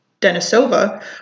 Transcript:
Denisova